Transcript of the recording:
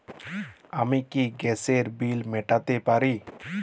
আমি কি গ্যাসের বিল মেটাতে পারি?